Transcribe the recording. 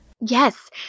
Yes